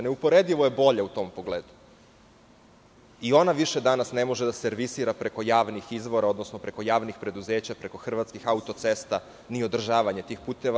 Neuporedivo je bolja u tom pogledu i ona više danas ne može da servisira preko javnih izvora, odnosno preko javnih preduzeća, preko hrvatskih autocesta ni održavanje tih puteva.